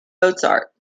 mozart